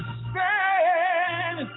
stand